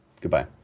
Goodbye